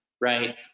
right